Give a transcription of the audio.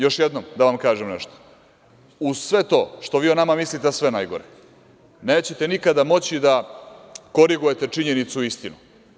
Još jednom da vam kažem nešto, uz sve to što vi o nama mislite sve najgore, nećete nikada moći da korigujete činjenicu i istinu.